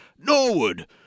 Norwood